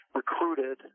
recruited